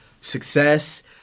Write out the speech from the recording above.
success